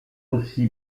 aussi